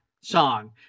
song